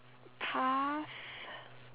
pass